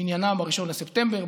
למניינם ב-1 בספטמבר,